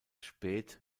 spät